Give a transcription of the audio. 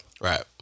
Right